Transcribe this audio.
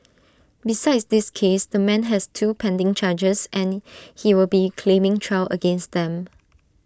besides this case the man has two pending charges and he will be claiming trial against them